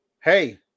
Hey